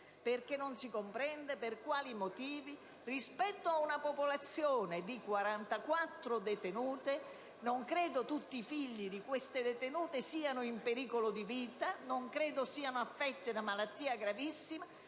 Non si comprende per quali motivi, rispetto ad una popolazione di 44 detenute - non credo che tutti i figli di queste detenute siano in pericolo di vita o siano affetti da malattia gravissima